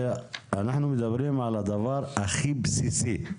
אנחנו מדברים על הדבר הכי בסיסי,